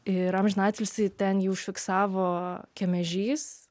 ir amžinatilsį ten jį užfiksavo kemežys